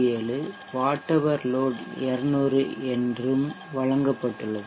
97 watt hour load 200 என்றும் வழங்கப்பட்டுள்ளது